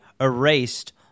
erased